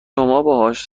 باهاش